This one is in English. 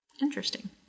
Interesting